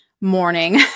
morning